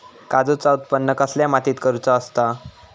काजूचा उत्त्पन कसल्या मातीत करुचा असता?